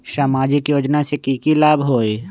सामाजिक योजना से की की लाभ होई?